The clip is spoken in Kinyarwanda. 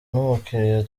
umukiriya